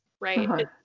right